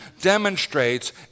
demonstrates